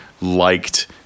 liked